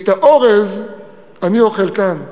את האורז אני אוכל כאן,